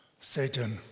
Satan